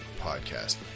podcast